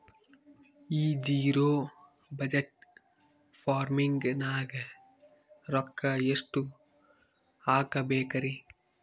ಈ zero budget farming ನಾಗ್ ರೊಕ್ಕ ಎಷ್ಟು ಹಾಕಬೇಕರಿ?